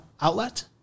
outlet